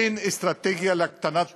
אין אסטרטגיה להקטנת פערים.